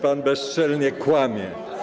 Pan bezczelnie kłamie.